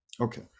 okay